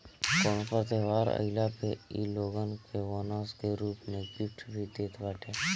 कवनो तर त्यौहार आईला पे इ लोगन के बोनस के रूप में गिफ्ट भी देत बाटे